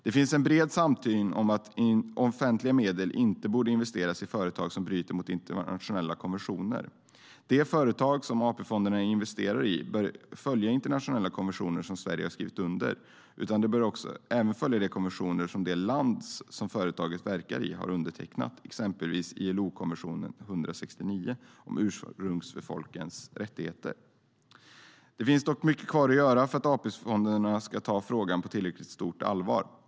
Det finns en bred samsyn om att offentliga medel inte borde investeras i företag som bryter mot internationella konventioner. De företag som AP-fonderna investerar i bör följa inte bara de internationella konventioner som Sverige har skrivit under utan även de konventioner som det land som företaget verkar i har undertecknat, exempelvis ILO-konventionen 169 om ursprungsfolkens rättigheter. Det finns dock mycket kvar att göra för att AP-fonderna ska ta frågan på tillräckligt stort allvar.